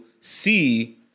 see